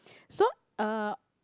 so uh